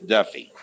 Duffy